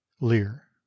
Lear